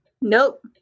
Nope